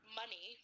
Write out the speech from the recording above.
money